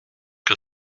que